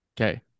Okay